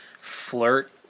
flirt